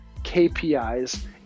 KPIs